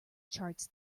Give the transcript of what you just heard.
chart